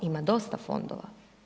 Ima dosta fondova.